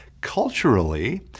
culturally